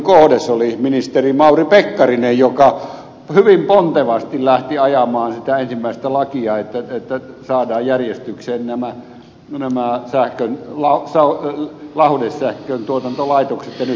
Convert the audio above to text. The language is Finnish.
se oli ministeri mauri pekkarinen joka hyvin pontevasti lähti ajamaan sitä ensimmäistä lakia että saadaan järjestykseen nämä lauhdesähkön tuotantolaitokset ja nythän tämä on jatkoa siihen